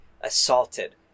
assaulted